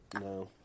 No